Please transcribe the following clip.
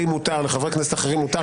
לי מותר, לחברי כנסת אחרים מותר,